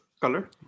color